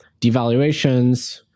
devaluations